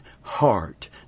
heart